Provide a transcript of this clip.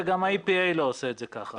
וגם א-IPA לא עושה את זה כך.